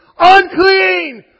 Unclean